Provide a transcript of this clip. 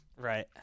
Right